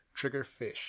Triggerfish